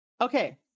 Okay